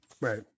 Right